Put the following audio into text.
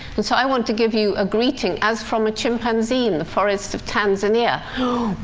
and so, i want to give you a greeting, as from a chimpanzee in the forests of tanzania ooh,